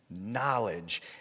Knowledge